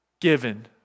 given